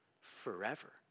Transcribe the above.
forever